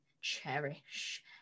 cherish